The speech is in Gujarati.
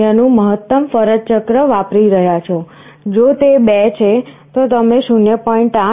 0 નું મહત્તમ ફરજ ચક્ર વાપરી રહ્યા છો જો તે 2 છે તો 0